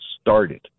started